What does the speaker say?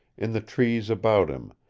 in the trees about him,